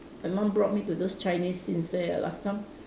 my mum brought me to those Chinese sin seh ah last time